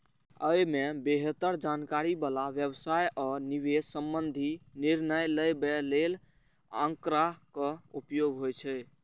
अय मे बेहतर जानकारी बला व्यवसाय आ निवेश संबंधी निर्णय लेबय लेल आंकड़ाक उपयोग होइ छै